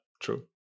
true